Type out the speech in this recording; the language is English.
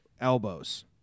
elbows